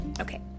Okay